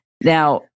now